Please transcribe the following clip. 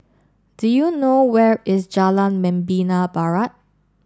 do you know where is Jalan Membina Barat